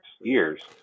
years